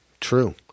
true